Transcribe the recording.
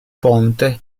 ponte